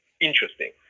interesting